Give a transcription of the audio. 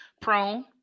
prone